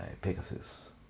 pegasus